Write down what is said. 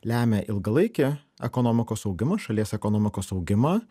lemia ilgalaikį ekonomikos augimą šalies ekonomikos augimą